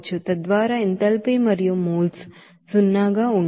తద్వారా ఎంథాల్పీ మరియు మోల్స్ సున్నాగా ఉంటాయి